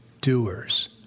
Doers